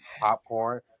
popcorn